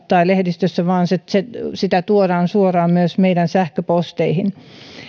tai lehdistössä vaan sitä tuodaan suoraan myös meidän sähköposteihimme